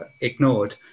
ignored